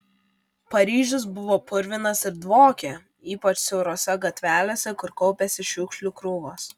paryžius buvo purvinas ir dvokė ypač siaurose gatvelėse kur kaupėsi šiukšlių krūvos